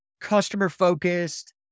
customer-focused